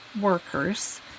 workers